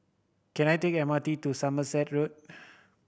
can I take M R T to Somerset Road